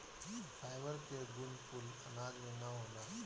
fibre के गुण कुल अनाज में ना होला